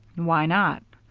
why not?